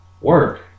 Work